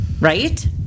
right